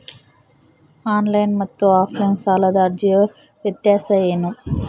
Online ಮತ್ತು offline ಸಾಲದ ಅರ್ಜಿಯ ವ್ಯತ್ಯಾಸ ಏನು?